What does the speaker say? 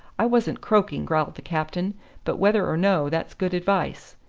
i wasn't croaking, growled the captain but whether or no, that's good advice.